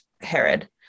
Herod